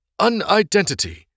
unidentity